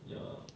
ya